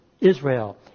Israel